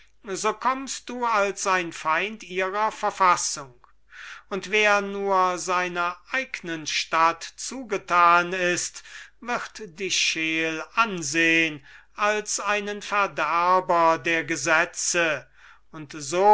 so kommst du als ein feind ihrer verfassung und wer nur seiner eignen stadt zugetan ist wird dich scheel ansehen als einen verderber der gesetze und